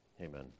Amen